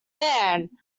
man